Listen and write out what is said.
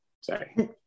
sorry